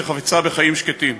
שחפצה בחיים שקטים.